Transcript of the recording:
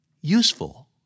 useful